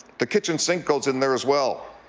the kitchen sink goes in there as well.